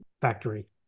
factory